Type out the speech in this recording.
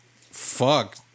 Fuck